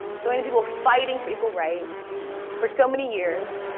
so many people fighting for equal rights for so many years,